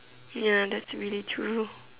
ya that's really true